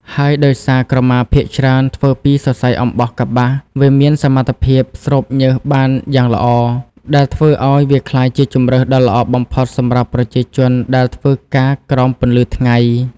ហើយដោយសារក្រមាភាគច្រើនធ្វើពី សរសៃអំបោះកប្បាស វាមានសមត្ថភាព ស្រូបញើសបានយ៉ាងល្អ ដែលធ្វើឱ្យវាក្លាយជាជម្រើសដ៏ល្អបំផុតសម្រាប់ប្រជាជនដែលធ្វើការក្រោមពន្លឺថ្ងៃ។